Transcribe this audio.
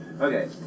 Okay